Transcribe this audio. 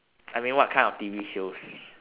I mean what kind of T_V shows